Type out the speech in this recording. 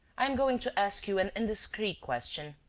i am going to ask you an indiscreet question.